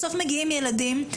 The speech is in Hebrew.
בסוף מגיעים ילדים.